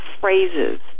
phrases